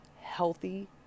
healthy